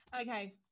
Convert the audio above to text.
Okay